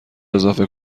اضافه